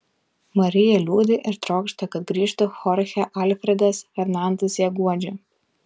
marija liūdi ir trokšta kad grįžtų chorchė alfredas fernandas ją guodžia